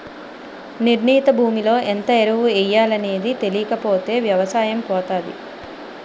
నిర్ణీత భూమిలో ఎంత ఎరువు ఎయ్యాలనేది తెలీకపోతే ఎవసాయం పోతాది